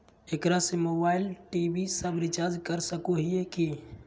एकरा से mobile TV सब रिचार्ज कर सको हियै की?